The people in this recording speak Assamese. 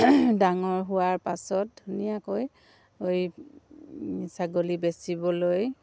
ডাঙৰ হোৱাৰ পাছত ধুনীয়াকৈ ছাগলী বেচিবলৈ